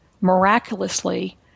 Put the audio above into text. miraculously